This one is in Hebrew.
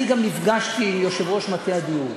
אני גם נפגשתי עם יושב-ראש מטה הדיור.